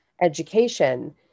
education